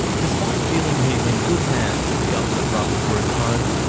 despite feeling he's in good hands at the government-run group home,